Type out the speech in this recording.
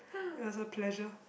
it was a pleasure